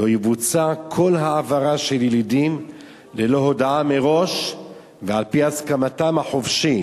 לא תבוצע כל העברה של ילידים ללא הודעה מראש ועל-פי הסכמתם החופשית,